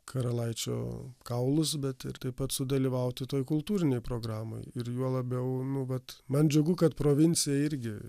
karalaičio kaulus bet ir taip pat sudalyvauti toje kultūrinėj programoj ir juo labiau nu vat man džiugu kad provincija irgi